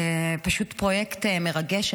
פשוט פרויקט מרגש,